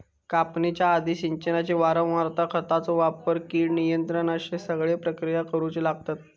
कापणीच्या आधी, सिंचनाची वारंवारता, खतांचो वापर, कीड नियंत्रण अश्ये सगळे प्रक्रिया करुचे लागतत